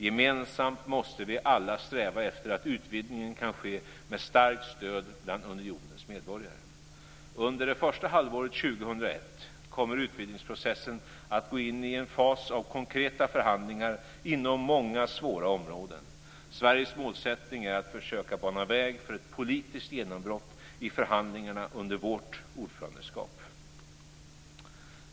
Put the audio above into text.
Gemensamt måste vi alla sträva efter att utvidgningen kan ske med starkt stöd bland unionens medborgare. Under det första halvåret 2001 kommer utvidgningsprocessen att gå in i en fas av konkreta förhandlingar inom många svåra områden. Sveriges målsättning är att försöka bana väg för ett politiskt genombrott i förhandlingarna under vårt ordförandeskap.